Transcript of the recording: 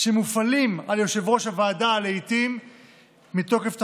שמפועלים על ידי יושב-ראש הוועדה לעיתים מתוקף תפקידו,